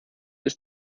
ist